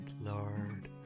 Lord